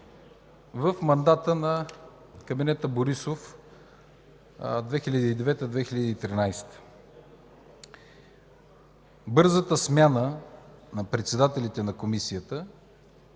в мандата на кабинета Борисов 2009-2013 г., бързата смяна на председателите на Комисията,